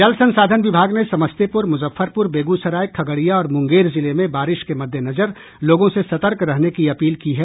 जल संसाधन विभाग ने समस्तीपुर मुजफ्फरपुर बेगूसराय खगड़िया और मुंगेर जिले में बारिश के मद्देनजर लोगों से सतर्क रहने की अपील की है